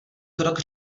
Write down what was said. krok